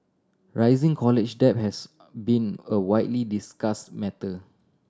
rising college debt has been a widely discuss matter